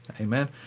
Amen